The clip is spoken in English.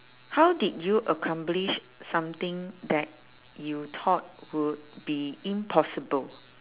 how did you accomplish something that you thought would be impossible